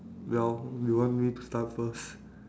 well you want me to start first